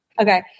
Okay